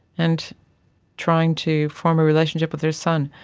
and trying to form a relationship with her son.